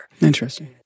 interesting